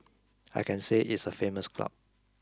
I can say it's a famous club